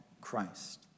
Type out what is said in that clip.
Christ